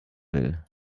will